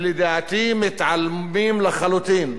שלדעתי מתעלמים לחלוטין,